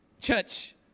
Church